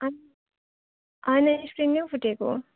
होइन स्क्रिन नै फुटेको